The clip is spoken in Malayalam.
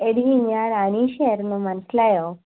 എടീ ഞാൻ അനീഷ ആയിരുന്നു മനസ്സിലായോ